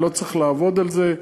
לא צריך לעבוד על זה,